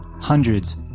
hundreds